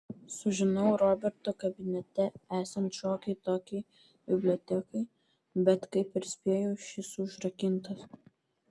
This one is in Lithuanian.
sužinau roberto kabinete esant šiokiai tokiai bibliotekai bet kaip ir spėjau šis užrakintas